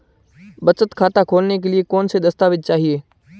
बचत खाता खोलने के लिए कौनसे दस्तावेज़ चाहिए?